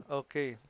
okay